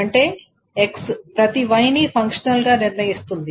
అంటే X ప్రతి Y ని ఫంక్షనల్ గా నిర్ణయిస్తుంది